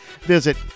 Visit